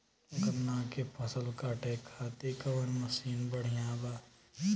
गन्ना के फसल कांटे खाती कवन मसीन बढ़ियां बा?